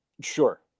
Sure